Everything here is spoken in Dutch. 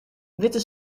witte